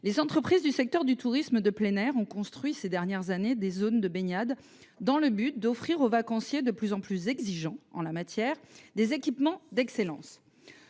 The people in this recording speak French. les entreprises du secteur du tourisme de plein air ont construit des zones de baignade dans le but d’offrir aux vacanciers, de plus en plus exigeants en la matière, des équipements d’excellence.